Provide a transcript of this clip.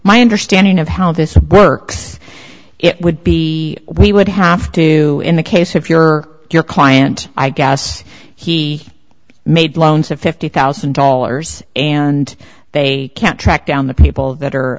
my understanding of how this works it would be we would have to in the case if you're your client i guess he made loans of fifty thousand dollars and they can't track down the people that are